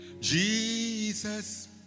Jesus